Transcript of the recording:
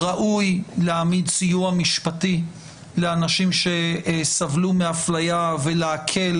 ראוי להעמיד סיוע משפטי לאנשים שסבלו מהפליה ולהקל